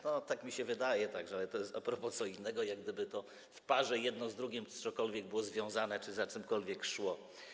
No, tak mi się wydaje, ale to jest a propos czegoś innego, jak gdyby to w parze jedno z drugim jakkolwiek było związane czy za czymkolwiek szło.